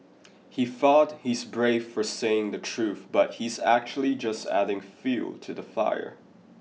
he thought he's brave for saying the truth but he's actually just adding fuel to the fire